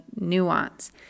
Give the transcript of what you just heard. nuance